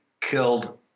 killed